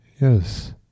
Yes